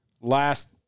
last